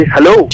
Hello